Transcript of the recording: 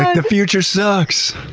the future sucks!